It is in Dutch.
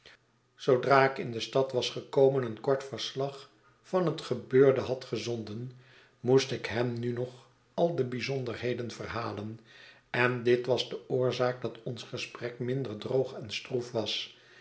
zoodra ik in de stad was gekomen een kort verslag van het gebeurde had gezonden moest ik hem nu nog al de bijzonderheden verhalen en dit wasdeoorzaak dat ons gesprek minder droog en stroef was